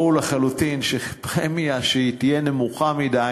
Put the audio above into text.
ברור לחלוטין שפרמיה שתהיה נמוכה מדי